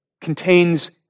contains